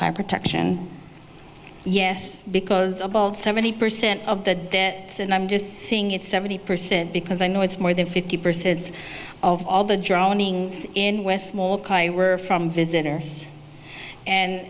fire protection yes because of all seventy percent of the debt and i'm just seeing it seventy percent because i know it's more than fifty percent of all the drowning in west more were from visitors and